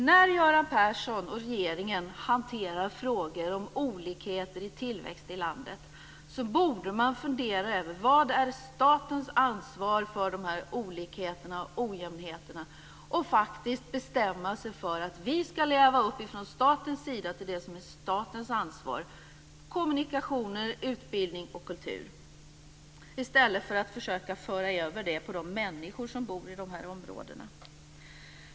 När Göran Persson och regeringen hanterar frågor om olikheter i tillväxt i landet borde man fundera över vad som är statens ansvar för de här olikheterna och ojämlikheterna och faktiskt bestämma sig för att vi från statens sida ska leva upp till det som är statens ansvar - kommunikationer, utbildning och kultur - i stället för att försöka föra över det till de människor som bor i de här områdena.